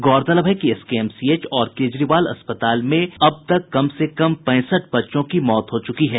गौरतलब है कि एसकेएमसीएच और केजरीवाल अस्पताल में से अब तक कम से कम पैंसठ बच्चों की मौत हो चुकी है